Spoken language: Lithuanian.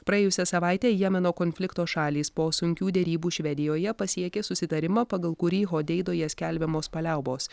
praėjusią savaitę jemeno konflikto šalys po sunkių derybų švedijoje pasiekė susitarimą pagal kurį hodeidoje skelbiamos paliaubos